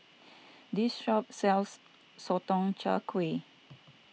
this shop sells Sotong Char Kway